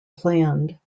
planned